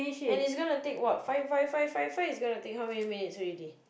and it's going to take what five five five five five is going to take how many minutes already